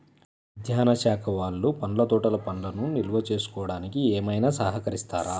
ఉద్యానవన శాఖ వాళ్ళు పండ్ల తోటలు పండ్లను నిల్వ చేసుకోవడానికి ఏమైనా సహకరిస్తారా?